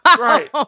Right